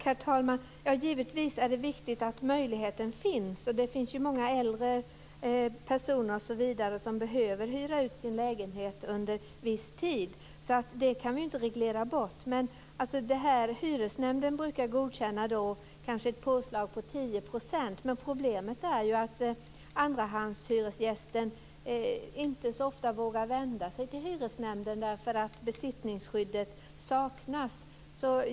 Herr talman! Givetvis är det viktigt att möjligheten finns. Det finns ju många äldre personer osv. som behöver hyra ut sin lägenhet under viss tid. Därför kan vi inte reglera bort detta. Hyresnämnden brukar godkänna ett påslag på kanske 10 %. Men problemet är ju att andrahandshyresgästen inte så ofta vågar vända sig till hyresnämnden därför att besittningsskydd saknas.